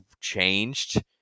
changed